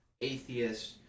atheist